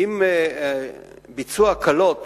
אם ביצוע הקלות